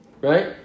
Right